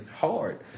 hard